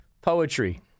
poetry